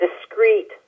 discrete